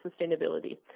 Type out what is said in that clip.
sustainability